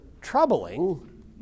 troubling